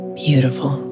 beautiful